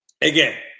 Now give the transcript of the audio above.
again